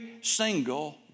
single